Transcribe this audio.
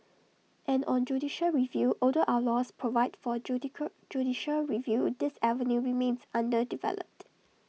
and on judicial review although our laws provide for judicial review this avenue remains underdeveloped